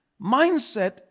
Mindset